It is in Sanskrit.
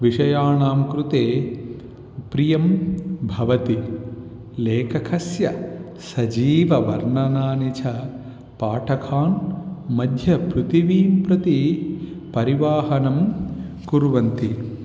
विषयाणां कृते प्रियं भवति लेखकस्य सजीववर्णनानि च पाठकान् मध्यपृथिवीं प्रति परिवाहनं कुर्वन्ति